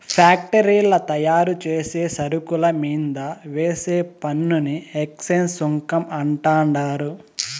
ఫ్యాక్టరీల్ల తయారుచేసే సరుకుల మీంద వేసే పన్నుని ఎక్చేంజ్ సుంకం అంటండారు